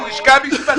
היא מן הלשכה המשפטית.